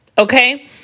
okay